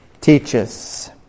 teaches